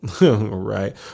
right